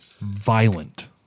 Violent